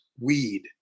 weed